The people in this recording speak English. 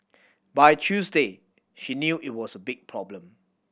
by Tuesday she knew it was a big problem